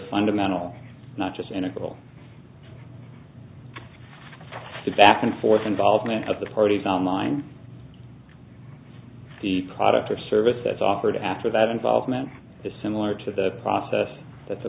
fundamental not just an equal to back and forth involvement of the parties on line the product or service that's offered after that involvement is similar to the process that